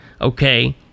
okay